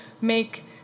make